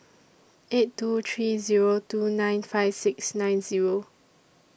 eight two three Zero two nine five six nine Zero